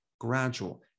gradual